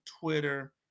Twitter